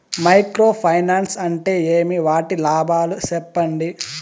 Micro finance అంటే ఏమి? వాటి లాభాలు సెప్పండి?